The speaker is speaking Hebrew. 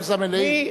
להיפך.